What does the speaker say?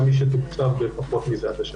גם מי שתוקצב בפחות מזה.